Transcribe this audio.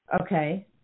Okay